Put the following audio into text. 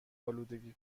آلودگی